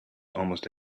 almost